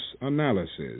analysis